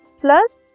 plus